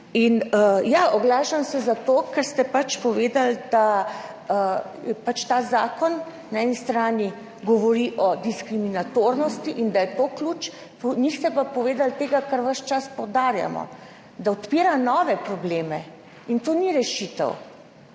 oglašam se zato, ker ste povedali, da ta zakon na eni strani govori o diskriminatornosti in da je to ključ, niste pa povedali tega, kar ves čas poudarjamo, da odpira nove probleme, in to ni rešitev.